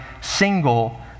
single